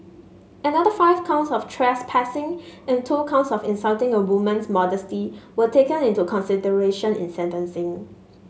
another five counts of trespassing and two counts of insulting a woman's modesty were taken into consideration in sentencing